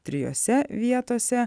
trijose vietose